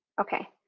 Okay